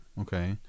Okay